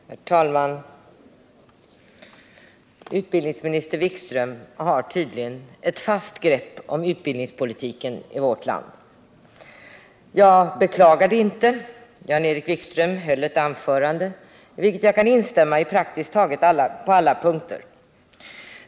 Herr talman! Utbildningsminister Wikström har tydligen ett fast grepp om utbildningspolitiken i vårt land. Jag beklagar det inte. Jan-Erik Wikström höll ett anförande i vilket jag kan instämma på praktiskt taget alla punkter.